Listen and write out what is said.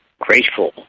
grateful